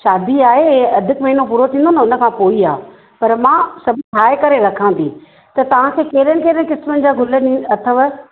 शादी आहे अधीकु महीनो पूरो थींदो न हुन खां पोइ ई आहे पर मां सभु ठाहे करे रखां थी त तव्हांखे कहिड़े कहिड़े क़िस्मनि जा गुल अथव